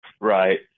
Right